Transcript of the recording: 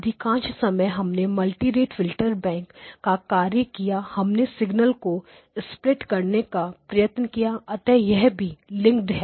अधिकांश समय हमने मल्टी रेट फिल्टर बैंक का कार्य किया हमने सिग्नल को स्प्लिट करने का प्रयत्न किया अतः यह भी लिंकड है